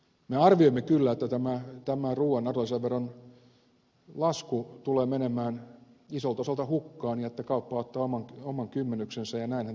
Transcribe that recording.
me arvioimme kyllä että tämä ruuan arvonlisäveron lasku tulee menemään isolta osalta hukkaan ja että kauppa ottaa oman kymmenyksensä ja näinhän tässä on käynyt